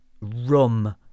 rum